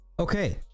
Okay